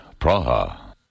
Praha